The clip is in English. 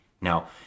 Now